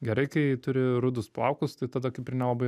gerai kai turi rudus plaukus tai tada kaip ir nelabai